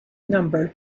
number